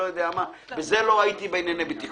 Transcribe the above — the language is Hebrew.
לא הייתי בענייני בטיחות.